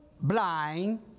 blind